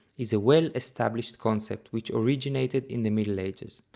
is a well established concept which originated in the middle ages.